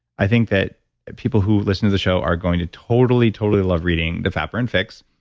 i think that people who listen to the show are going to totally, totally love reading the fatburn fix.